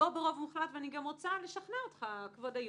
ואני גם רוצה לשכנע אותך, כבוד היו"ר.